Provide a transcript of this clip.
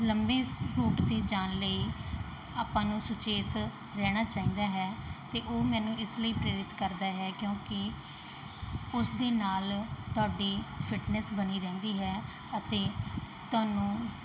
ਲੰਬੇ ਰੂਟ 'ਤੇ ਜਾਣ ਲਈ ਆਪਾਂ ਨੂੰ ਸੁਚੇਤ ਰਹਿਣਾ ਚਾਹੀਦਾ ਹੈ ਅਤੇ ਉਹ ਮੈਨੂੰ ਇਸ ਲਈ ਪ੍ਰੇਰਿਤ ਕਰਦਾ ਹੈ ਕਿਉਂਕਿ ਉਸ ਦੇ ਨਾਲ ਤੁਹਾਡੀ ਫਿਟਨੈਸ ਬਣੀ ਰਹਿੰਦੀ ਹੈ ਅਤੇ ਤੁਹਾਨੂੰ